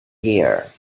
here